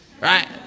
right